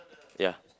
ya